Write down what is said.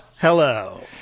Hello